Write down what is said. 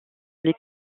les